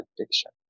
addiction